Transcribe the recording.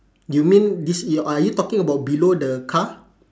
you mean this y~ are you talking about below the car